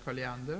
medger.